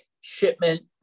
shipment